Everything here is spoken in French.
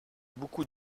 beaucoup